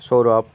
Sourav